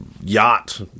yacht